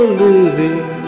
living